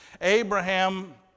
Abraham